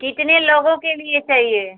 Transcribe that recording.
कितने लोगों के लिए चाहिए